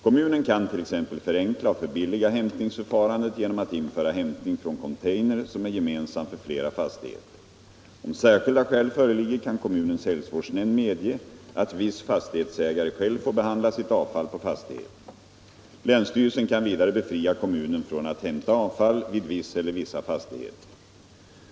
Kommunen kan t.ex. förenkla och förbilliga hämtningsförfarandet genom att införa hämtning från container som är gemensam för flera fastigheter. Om särskilda skäl föreligger, kan kommunens hälsovårdsnämnd medge att viss fastighetsägare själv får behandla sitt avfall på fastigheten. Länsstyrelsen kan vidare befria kommunen från att hämta avfall vid viss eller vissa fastigheter.